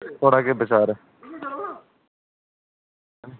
थुआढ़ा केह् बचार ऐ